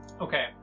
Okay